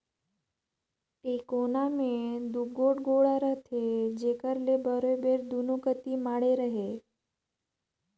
टेकोना मे दूगोट गोड़ा रहथे जेकर ले बरोबेर दूनो कती ले माढ़े रहें